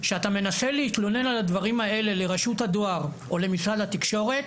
כשאתה מנסה להתלונן על הדברים האלה לרשות הדואר או למשרד התקשורת,